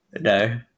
no